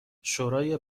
شورای